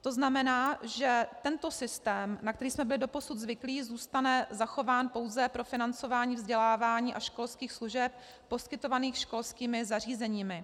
To znamená, že tento systém, na který jsme byli doposud zvyklí, zůstane zachován pouze pro financování vzdělávání a školských služeb poskytovaných školskými zařízeními.